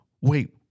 Wait